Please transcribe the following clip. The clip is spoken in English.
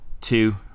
two